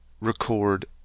record